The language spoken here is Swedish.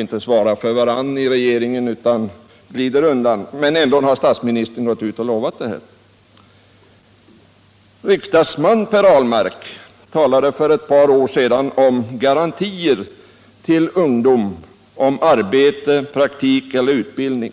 inte svarar för varandra i regeringen utan glider undan, men statsministern har ju ändå gått ut och lovat detta. Och riksdagsman Per Ahlmark talade för ett par år sedan om garantier till ungdomen om arbete, praktik eller utbildning.